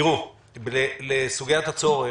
לסוגית הצורך,